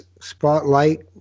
spotlight